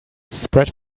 spread